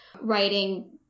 writing